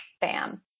bam